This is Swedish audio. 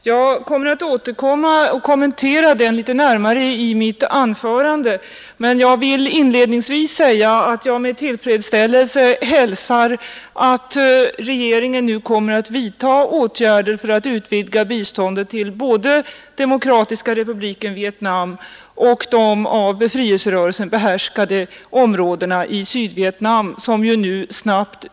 Jag återkommer med kommentarer till svaret litet senare i detta mitt anförande, men inledningsvis vill jag säga att jag med tillfredsställelse hälsar att regeringen nu kommer att vidta åtgärder för att utvidga biståndet till både Demokratiska republiken Vietnam och de av befrielserörelsen behärskade områdena i Sydvietnam, som ju växer snabbt.